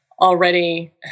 Already